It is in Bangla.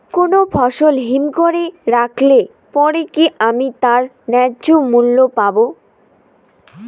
কোনো ফসল হিমঘর এ রাখলে পরে কি আমি তার ন্যায্য মূল্য পাব?